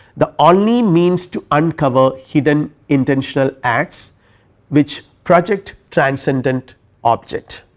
the only means to uncover hidden intentional acts which project transcendent objects